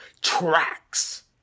tracks